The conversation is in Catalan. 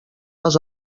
les